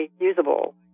usable